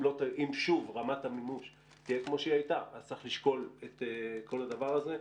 אם שוב רמת המימוש תהיה כמו שהיא הייתה אז צריך לשקול את כל הדבר הזה.